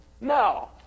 No